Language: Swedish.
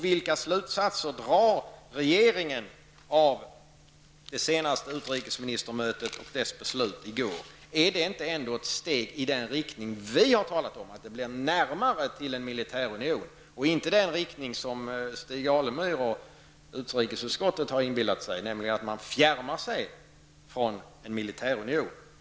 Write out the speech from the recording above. Vilka slutsatser drar regeringen av det senaste utrikesministermötet och dess beslut i går? Är det ändå inte ett steg i den riktning vi har talat om, att det blir närmare till en militärunion, och inte i den riktning som Stig Alemyr och utrikesutskottet har inbillat sig, nämligen att fjärmar man sig från en militärunion?